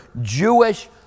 Jewish